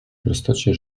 prostocie